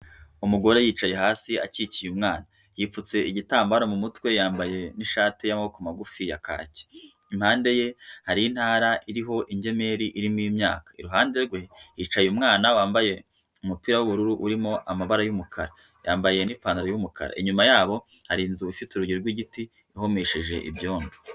Umugore yicaye hasi, akikiye umwana. Yipfutse igitambaro mu mutwe, yambaye n'ishati y'amaboko magufi ya kacyi. Impande ye hari intara iriho ingemeri irimo imyaka. Iruhande rwe hicaye umwana wambaye umupira w'ubururu urimo amabara y'umukara, yambaye n'ipantaro y'umukara. Inyuma yabo hari inzu ifite urugi rw'igiti, ihomesheje ibyondo.